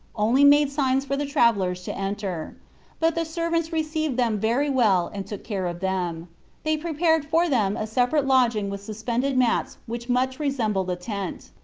only made signs for the travellers to enter but the servants received them very well and took care of them they prepared for them a separate lodging with suspended mats which much resembled a tent.